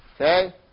Okay